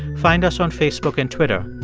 find us on facebook and twitter.